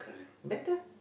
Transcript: better